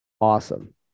awesome